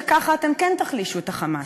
שככה אתם כן תחלישו את ה"חמאס".